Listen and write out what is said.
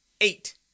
Eight